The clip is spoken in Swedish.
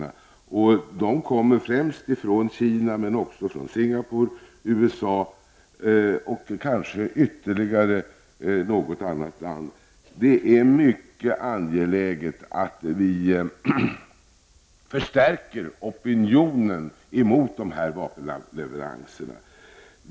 Dessa leveranser kommer främst från Kina men också från Singapore, USA och kanske ytterligare något annat land. Det är mycket angeläget att vi förstärker opinionen mot dessa vapenleveranser.